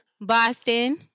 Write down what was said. Boston